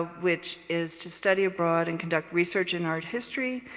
which is to study abroad and conduct research in art history.